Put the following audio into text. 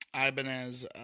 ibanez